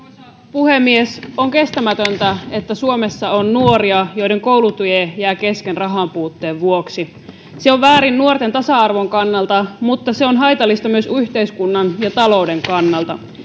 puhemies on kestämätöntä että suomessa on nuoria joiden koulutie jää kesken rahanpuutteen vuoksi se on väärin nuorten tasa arvon kannalta mutta se on haitallista myös yhteiskunnan ja talouden kannalta